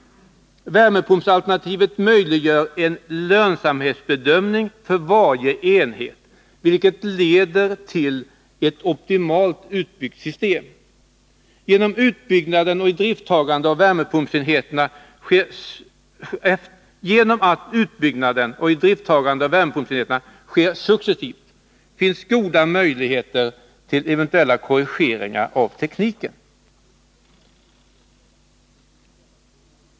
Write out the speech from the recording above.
Värmepumpsalternativet möjliggör en lönsamhetsbedömning för varje enhet vilket leder till ett optimalt utbyggt system. Genom att utbyggnaden och idrifttagningen av värmepumpenheterna sker successivt finns goda möjligheter till eventuella korrigeringar av tekniken.